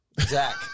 Zach